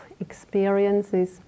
experiences